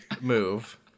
move